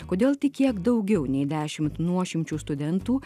kodėl tik kiek daugiau nei dešimt nuošimčių studentų